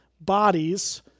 bodies